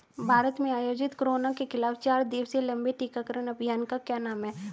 भारत में आयोजित कोरोना के खिलाफ चार दिवसीय लंबे टीकाकरण अभियान का क्या नाम है?